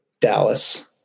Dallas